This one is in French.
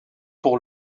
pour